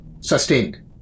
Sustained